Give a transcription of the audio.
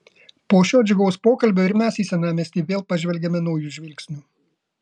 po šio džiugaus pokalbio ir mes į senamiestį vėl pažvelgiame nauju žvilgsniu